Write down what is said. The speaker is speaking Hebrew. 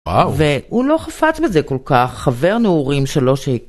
והוא לא חפץ בזה כל כך, חבר נעורים שלו שיקח.